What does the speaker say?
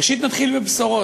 ראשית, נתחיל בבשורות.